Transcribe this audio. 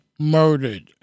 Murdered